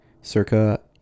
circa